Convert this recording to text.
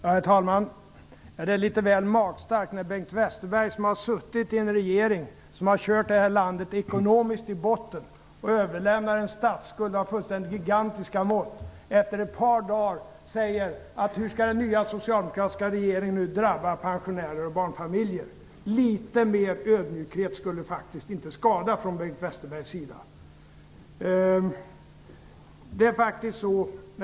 Herr talman! Det är litet väl magstarkt att Bengt Westerberg, som har suttit i en regering som kört det här landet i botten ekonomiskt och som överlämnar en statsskuld av fullständigt gigantiska mått, efter ett par dagar frågar: Hur skall den nya socialdemokratiska regeringens politik nu drabba pensionärer och barnfamiljer? Litet mer ödmjukhet från Bengt Westerbergs sida skulle faktiskt inte skada!